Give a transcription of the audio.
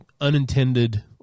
unintended